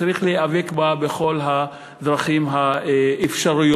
וצריך להיאבק בה בכל הדרכים האפשריות.